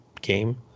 game